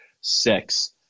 six